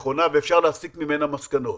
נכונה, ואפשר להסיק ממנה מסקנות.